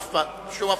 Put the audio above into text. אף פעם, בשום אופן.